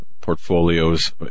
Portfolios